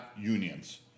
unions